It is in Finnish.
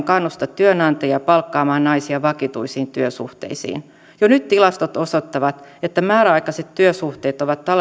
kannusta työnantajia palkkaamaan naisia vakituisiin työsuhteisiin jo nyt tilastot osoittavat että määräaikaiset työsuhteet ovat